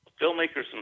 filmmakers